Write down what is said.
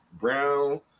brown